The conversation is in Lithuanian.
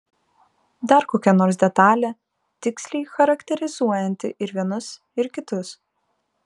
dar kokia nors detalė tiksliai charakterizuojanti ir vienus ir kitus